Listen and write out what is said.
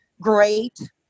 great